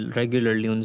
regularly